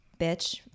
bitch